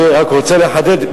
אני רק רוצה לחדד,